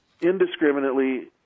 indiscriminately